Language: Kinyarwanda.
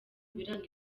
biranga